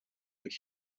there